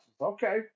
Okay